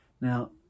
Now